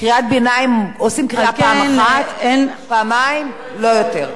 קריאת ביניים עושים פעם אחת, פעמיים, לא יותר.